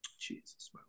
Jesus